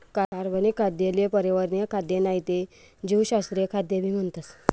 कार्बनिक खाद्य ले पर्यावरणीय खाद्य नाही ते जीवशास्त्रीय खाद्य भी म्हणतस